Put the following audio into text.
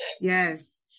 Yes